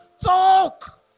Talk